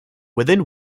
within